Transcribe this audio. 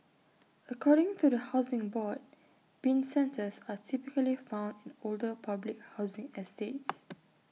according to the Housing Board Bin centres are typically found in older public housing estates